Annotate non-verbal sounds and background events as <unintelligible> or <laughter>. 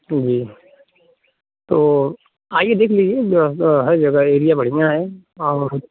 <unintelligible> तो आइए देख लीजिए है जगह एरिया बढ़िया है और